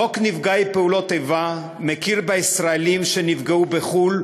חוק נפגעי פעולות איבה מכיר בישראלים שנפגעו בחו"ל